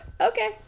Okay